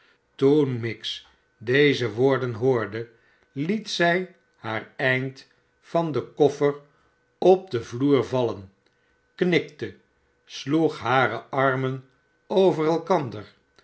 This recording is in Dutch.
toen miggs deze woorden hoorde liet zij haar eind van den koffer op den vloer vallen knikte sloeg hare armen over elkander